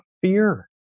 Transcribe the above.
fear